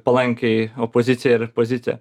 palankiai opoziciją ir poziciją